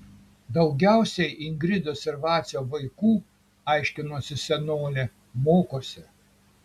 daugiausiai ingridos ir vacio vaikų aiškino senolė mokosi